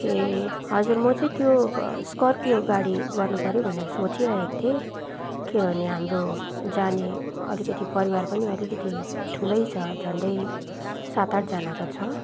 ए हजुर म चाहिँ त्यो स्कोर्पियो गाडी गर्नु पर्यो भनेर सोचिरहेको थिएँ किनभने हाम्रो जाने अलिकति परिवार पनि अलिकति ठुलो छ झन्डै सात आठजनाको छ